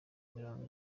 mirongo